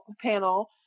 Panel